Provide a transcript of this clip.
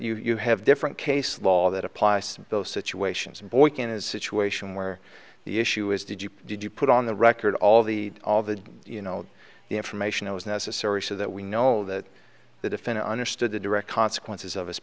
that you have different case law that applies to both situations boykin is situation where the issue is did you did you put on the record all the all the you know the information that was necessary so that we know that the defendant understood the direct consequences of his